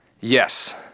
Yes